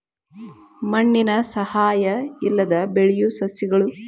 ಮಣ್ಣಿನ ಸಹಾಯಾ ಇಲ್ಲದ ಬೆಳಿಯು ಸಸ್ಯಗಳು